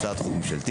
הצעת חוק ממשלתית.